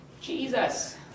Jesus